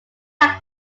tag